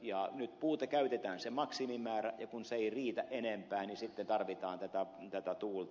ja nyt puuta käytetään se maksimimäärä ja kun se ei riitä enempään niin sitten tarvitaan tätä tuulta